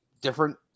different